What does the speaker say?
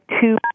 two